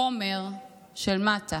חומר של מטה